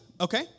Okay